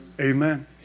Amen